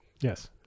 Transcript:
Yes